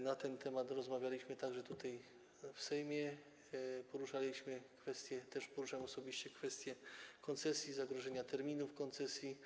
Na ten temat rozmawialiśmy także tutaj, w Sejmie, poruszaliśmy, poruszałem też osobiście kwestie koncesji, zagrożenia terminów koncesji.